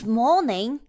morning